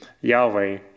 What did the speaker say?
Yahweh